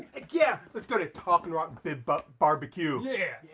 ah yeah, lets go to talking rock big butt barbecue. yeah!